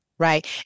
Right